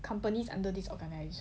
companies under this organisation